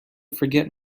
forget